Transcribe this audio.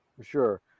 sure